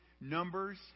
numbers